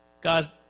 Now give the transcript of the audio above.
God